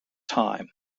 time